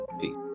Peace